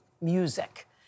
music